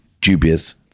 dubious